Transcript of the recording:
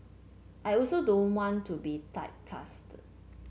I also don't want to be typecast